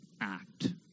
act